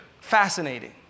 fascinating